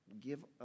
Give